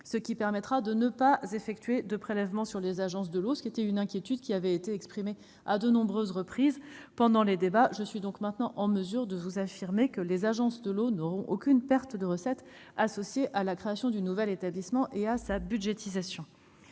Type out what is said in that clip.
ce qui permettra de ne pas effectuer de prélèvements sur les agences de l'eau. Cette inquiétude avait été exprimée à de nombreuses reprises pendant les débats : je suis donc maintenant en mesure de vous affirmer que les agences de l'eau ne connaîtront aucune perte de recettes associée à la création du nouvel établissement et à sa budgétisation.